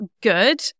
good